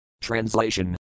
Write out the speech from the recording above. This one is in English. Translation